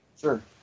Sure